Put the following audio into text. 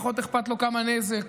פחות אכפת לו כמה נזק,